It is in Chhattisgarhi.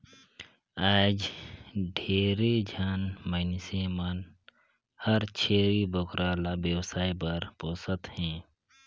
आयज ढेरे झन मइनसे मन हर छेरी बोकरा ल बेवसाय बर पोसत हें